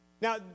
Now